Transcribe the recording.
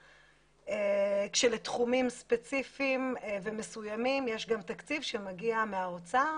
כשלתחומים ספציפיים ומסוימים יש גם תקציב שמגיע מהאוצר.